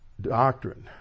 doctrine